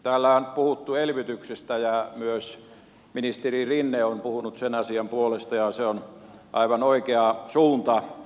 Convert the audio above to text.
täällä on puhuttu elvytyksestä ja myös ministeri rinne on puhunut sen asian puolesta ja se on aivan oikea suunta